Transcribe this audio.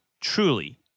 truly